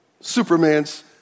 Superman's